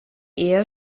ehe